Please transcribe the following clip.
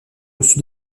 reçu